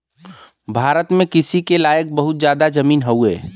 भारत में कृषि के लायक बहुत जादा जमीन हउवे